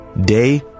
day